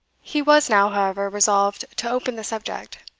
he was now, however, resolved to open the subject.